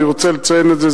ואני רוצה לציין את זה,